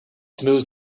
smooths